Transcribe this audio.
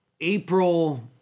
April